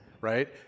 right